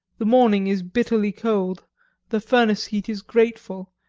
the morning is bitterly cold the furnace heat is grateful,